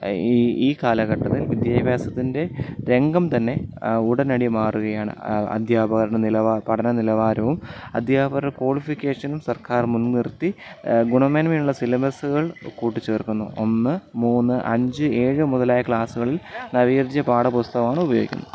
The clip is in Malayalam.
ഈ ഈ കാലഘട്ടത്തില് വിദ്യാഭ്യാസത്തിന്റെ രംഗം തന്നെ ഉടനടി മാറുകയാണ് അദ്ധ്യാപകരുടെ നിലവാരം പഠന നിലവാരവും അദ്ധ്യാപകരുടെ ക്വാളിഫിക്കേഷനും സര്ക്കാര് മുന്നിര്ത്തി ഗുണമേന്മയുള്ള സിലബസ്സുകള് കൂട്ടിച്ചേര്ക്കുന്നു ഒന്ന് മൂന്ന് അഞ്ച് ഏഴ് മുതലായ ക്ലാസ്സുകളില് നവീകരിച്ച പാഠപുസ്തകം ഉപയോഗിക്കുന്നു